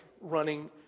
running